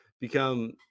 become